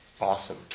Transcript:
Awesome